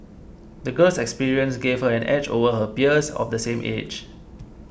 the girl's experiences gave her an edge over her peers of the same age